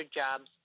jobs